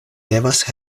devas